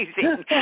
amazing